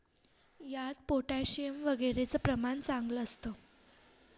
यात पोटॅशियम वगैरेचं प्रमाण चांगलं असतं